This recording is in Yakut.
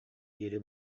диэри